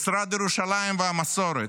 משרד ירושלים והמסורת,